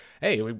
hey